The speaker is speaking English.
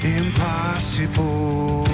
impossible